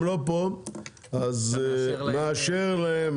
הם לא פה אז מאשר להם,